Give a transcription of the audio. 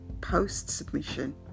post-submission